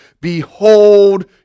Behold